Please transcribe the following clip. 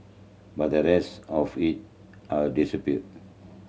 but the rest of it I've distributed